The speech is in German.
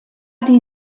die